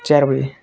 ଚାର୍ ବଜେ